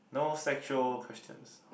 no sexual questions